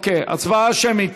אוקיי, הצבעה שמית.